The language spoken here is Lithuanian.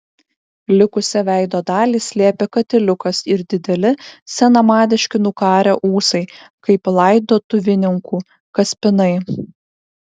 likusią veido dalį slėpė katiliukas ir dideli senamadiški nukarę ūsai kaip laidotuvininkų kaspinai